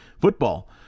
football